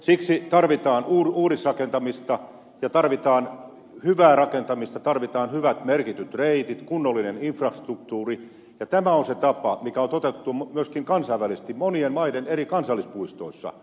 siksi tarvitaan uudisrakentamista ja tarvitaan hyvää rakentamista tarvitaan hyvät merkityt reitit kunnollinen infrastruktuuri ja tämä on se tapa mikä on toteutettu myöskin kansainvälisesti monien maiden eri kansallispuistoissa